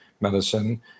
medicine